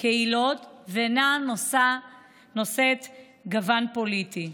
וקהילות ואינה נושאת גוון פוליטי.